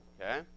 Okay